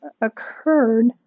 occurred